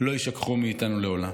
לא יישכחו מאיתנו לעולם.